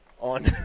on